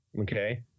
Okay